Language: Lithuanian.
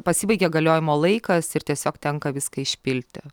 pasibaigia galiojimo laikas ir tiesiog tenka viską išpilti